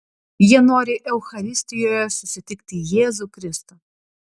jie nori eucharistijoje susitikti jėzų kristų